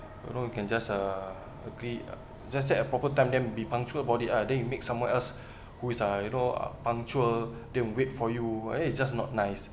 you know you can just uh agree uh just set a proper time then be punctual about it ah then you make someone else who is uh you know uh punctual they'll wait for you and then it's just not nice